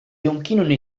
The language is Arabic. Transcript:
يمكنني